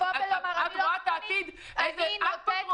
את רואה את העתיד --- זכותו של אדם